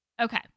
Okay